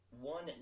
one